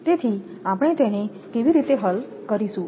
તેથી આપણે તેને કેવી રીતે હલ કરીશું